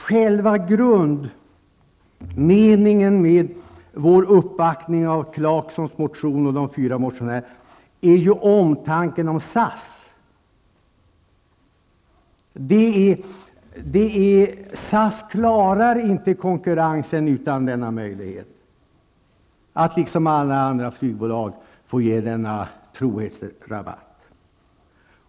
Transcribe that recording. Själva grundmeningen med vår uppbackning av Rolf Clarksons och de övriga motionärernas motion är omtanken om SAS. SAS klarar inte konkurrensen utan denna möjlighet att liksom alla andra flygbolag få ge denna trohetsrabatt.